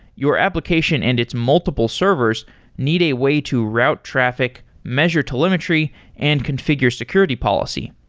your application and its multiple servers need a way to route traffic, measure telemetry and configure security policy.